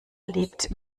lebt